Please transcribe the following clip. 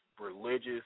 religious